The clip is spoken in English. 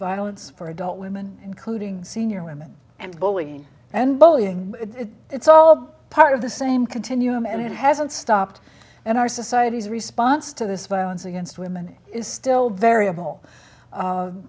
violence for adult women including senior women and bullying and bullying it's all part of the same continuum and it hasn't stopped and our societies response to this violence against women is still variable